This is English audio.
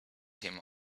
him